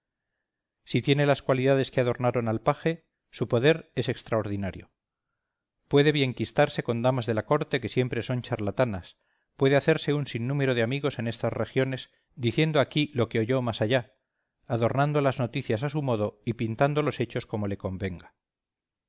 si tiene las cualidades que adornaron al paje su poder es extraordinario puede bienquistarse con damas de la corte que siempre son charlatanas puede hacerse un sin número de amigos en estas regiones diciendo aquí lo que oyó más allá adornando las noticias a su modo y pintando los hechos como le convenga